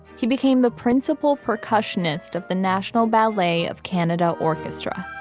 he became the principal percussionist of the national ballet of canada orchestra